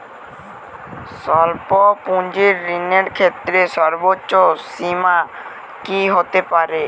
স্বল্প পুঁজির ঋণের ক্ষেত্রে সর্ব্বোচ্চ সীমা কী হতে পারে?